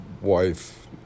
wife